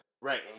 Right